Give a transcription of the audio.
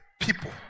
people